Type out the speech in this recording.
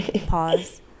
Pause